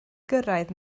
gyrraedd